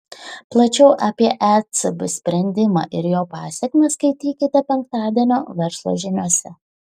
plačiau apie ecb sprendimą ir jo pasekmes skaitykite penktadienio verslo žiniose